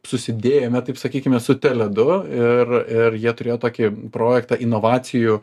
susidėjome taip sakykime su tele du ir ir jie turėjo tokį projektą inovacijų